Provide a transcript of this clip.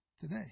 Today